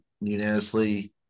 unanimously